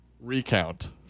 recount